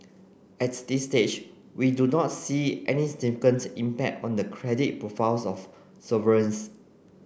at this stage we do not see any significant impact on the credit profiles of sovereigns